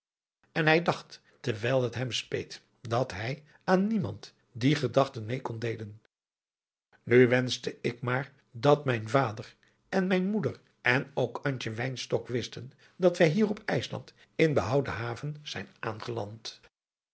en hij dacht terwijl het hem speet dat hij aan niemand die gedachten meê kon deelen nu wenschte ik maar dat mijn vader en mijne moeder en ook antje wynstok wisten dat wij hier op ijsland in behouden haven zijn aangeland